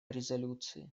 резолюции